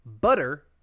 butter